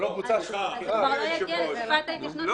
ולא בוצעה שום חקירה?